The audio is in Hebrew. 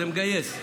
זה מגייס.